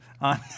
on